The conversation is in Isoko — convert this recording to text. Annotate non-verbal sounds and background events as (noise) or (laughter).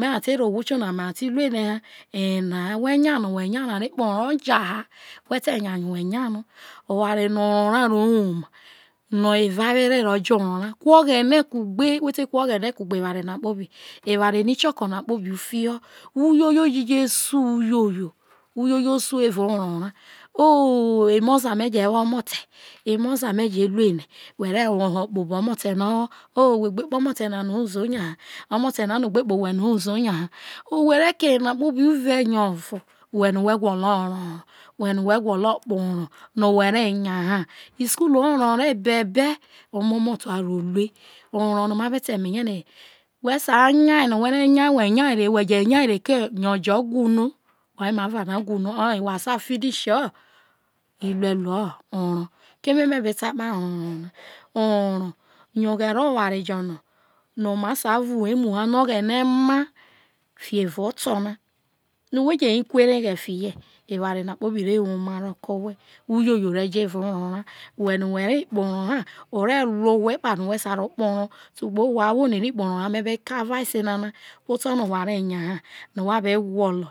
ma ha ti rro ohwo tonana who nya ho who nya no a re kpo orro ja ha oware no orro ra uro woma no evawere re jo orro na ku ogbene kugbe who ti ku oghene kugbe oware nana kpobi u fiho uyoyo tijesu uyoyo uyoyo (hesitation) ooo eme o je wo omote eme oza me je ru ene ooo who gbe kpe omote na no ha uzo nya ha yo who gbe kpe omote na no ha uzo nya ha who re ke oyena kpobi uve novo who no who gwolo isukulu orro ro be be omomoto a rro nya kiyo ojo whu no hayo amaiva whu no ho a finishi ile luo orro keme me be ta kpahe orro yo ghere oware jo no ma sai vu humu hu no oghene o ma fiho evao olo na eware na kpobi ve woma ke owhe uyoyo ve jarie eva orro rai whe no who re kpo orro rai whe no who re kpo orro ha tubo wa ahwo no i ri kpo orro ha me be ke advice nana no wa ize gwolo.